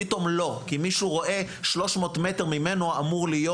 פתאום לא כי מישהו רואה 300 מטר ממנו אמור להיות,